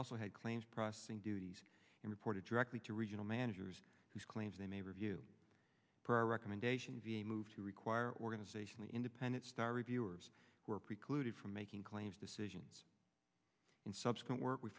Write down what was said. also had claims processing duties and reported directly to regional managers who claims they may review our recommendations move to require organizationally independent star review or were precluded from making claims decisions in subsequent work we